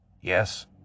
yes